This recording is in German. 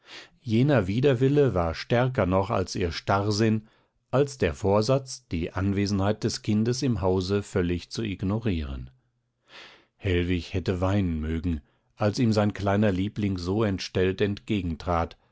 jener widerwille war stärker noch als ihr starrsinn als der vorsatz die anwesenheit des kindes im hause völlig zu ignorieren hellwig hätte weinen mögen als ihm sein kleiner liebling so entstellt